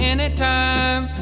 Anytime